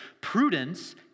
prudence